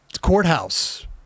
Courthouse